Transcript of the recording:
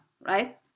right